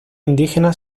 indígena